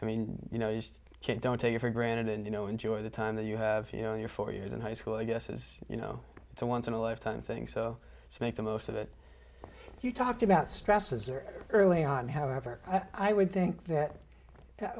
i mean you know you just can't don't take you for granted and you know enjoy the time that you have you know in your four years in high school i guess is you know it's a once in a lifetime thing so to make the most of it you talked about stresses early on however i would think that